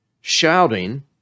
shouting